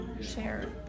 share